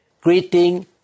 greeting